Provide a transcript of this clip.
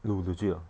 oh legit ah